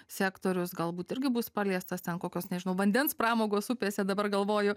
sektorius galbūt irgi bus paliestas ten kokios nežinau vandens pramogos upėse dabar galvoju